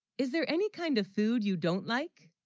is there any kind of food you, don't like